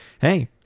hey